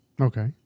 Okay